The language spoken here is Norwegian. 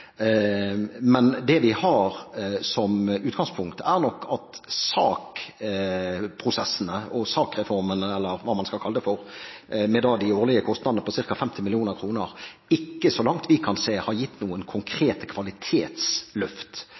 Men det vi har som utgangspunkt, er nok at saksprosessene og saksreformene – eller hva man skal kalle dem for – med årlige kostnader på ca. 50 mill. kr ikke så langt vi kan se, har gitt noen konkrete kvalitetsløft